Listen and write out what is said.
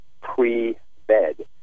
pre-bed